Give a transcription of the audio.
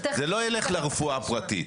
זה לא ילך לרפואה הפרטית.